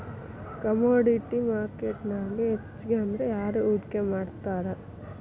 Commodity ಮಾರ್ಕೆಟ್ನ್ಯಾಗ್ ಹೆಚ್ಗಿಅಂದ್ರ ಯಾರ್ ಹೂಡ್ಕಿ ಮಾಡ್ತಾರ?